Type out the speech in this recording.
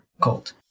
cold